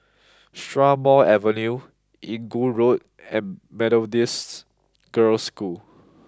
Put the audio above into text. Strathmore Avenue Inggu Road and Methodist Girls' School